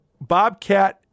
Bobcat